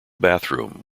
bathroom